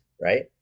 Right